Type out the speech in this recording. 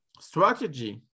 strategy